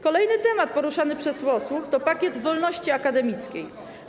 Kolejny temat poruszany przez posłów to pakiet wolności akademickiej.